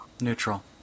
Neutral